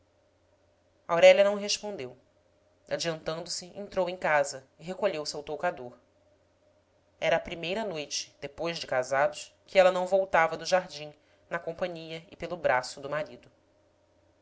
aurélia não respondeu adiantando-se entrou em casa e recolheu-se ao toucador era a primeira noite depois de casados que ela não voltava do jardim na companhia e pelo braço do marido